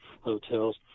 hotels